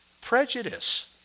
Prejudice